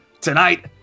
tonight